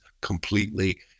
completely